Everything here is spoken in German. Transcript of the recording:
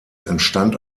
entstand